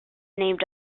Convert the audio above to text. named